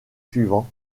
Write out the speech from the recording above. suivants